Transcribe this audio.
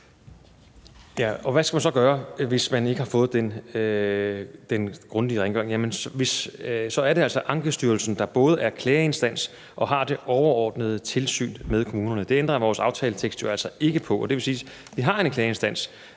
hvad skal man så gøre, hvis man ikke har fået den grundige rengøring? Så er det altså Ankestyrelsen, der både er klageinstans og har det overordnede tilsyn med kommunerne. Det ændrer vores aftaletekst jo altså ikke på. Det vil sige, at vi har en klageinstans,